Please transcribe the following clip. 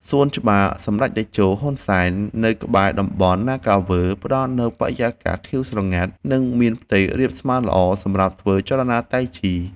សួនច្បារសម្ដេចតេជោ ហ៊ុន សែន នៅក្បែរតំបន់ណាហ្គាវើលដ៍ ផ្ដល់នូវបរិយាកាសខៀវស្រងាត់ និងមានផ្ទៃរាបស្មើល្អសម្រាប់ធ្វើចលនាតៃជី។